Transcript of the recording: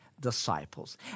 disciples